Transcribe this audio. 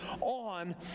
on